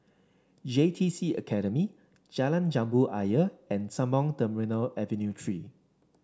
J T C Academy Jalan Jambu Ayer and Sembawang Terminal Avenue Three